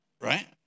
Right